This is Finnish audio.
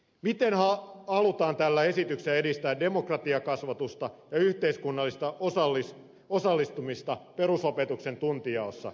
miten halutaan tällä esityksellä edistää demokratiakasvatusta ja yhteiskunnallista osallistumista perusopetuksen tuntijaossa